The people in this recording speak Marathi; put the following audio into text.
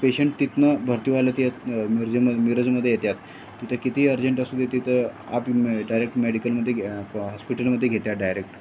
पेशंट तिथून भरती व्हायला ते मिरजेमद मिरजमध्ये येतात तिथं कितीही अर्जंट असू दे तिथं आप डायरेक्ट मेडिकलमध्ये आप हॉस्पिटलमध्ये घेतात डायरेक्ट